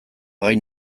gai